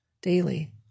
daily